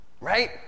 right